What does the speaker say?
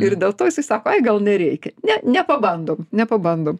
ir dėl to jisai sako ai gal nereikia ne nepabandom nepabandom